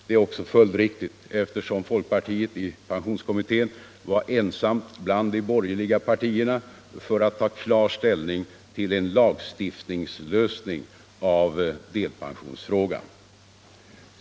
Det är också följdriktigt, eftersom folkpartiet i pensionskommittén var ensamt bland de borgerliga partierna för att ta klar ställning till en lagstiftningslösning av delpensionsfrågan.